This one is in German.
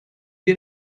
wir